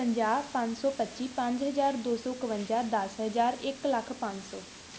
ਪੰਜਾਹ ਪੰਜ ਸੌ ਪੱਚੀ ਪੰਜ ਹਜ਼ਾਰ ਦੋ ਸੌ ਇੱਕਵੰਜਾ ਦੱਸ ਹਜ਼ਾਰ ਇੱਕ ਲੱਖ ਪੰਜ ਸੌ